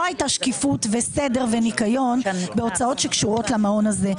הייתה שקיפות וסדר וניקיון בהוצאות שקשורות למעון הזה.